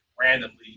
randomly